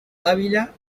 dávila